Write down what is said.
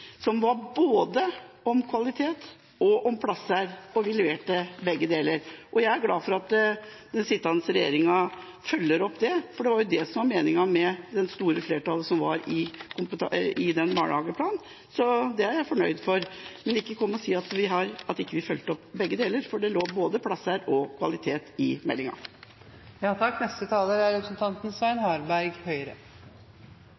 som var både om kvalitet og om plasser – og vi leverte begge deler. Jeg er glad for at den sittende regjeringa følger opp det, for det var jo det som var meninga med det store flertallet som var for den barnehageplanen, så det er jeg fornøyd med. Men ikke kom og si at vi ikke fulgte opp begge deler, for det lå både plasser og kvalitet i